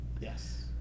yes